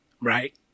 right